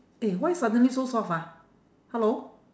eh why suddenly so soft ah hello